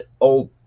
old